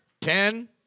ten